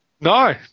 No